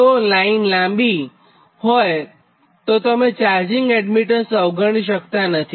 તો લાંબી લાઇન માટે તમે ચાર્જિંગ એડ્મીટન્સ અવગણી શક્તાં નથી